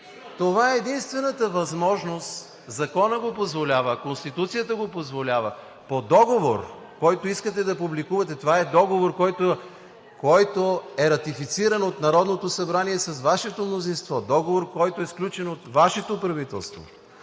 Това е единствената възможност. Законът го позволява, Конституцията го позволява, по договор, който искате да публикувате – това е договор, който е ратифициран от Народното събрание с Вашето мнозинство, договор, който е сключен от Вашето правителство.